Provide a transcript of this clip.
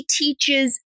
teaches